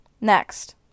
Next